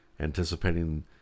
anticipating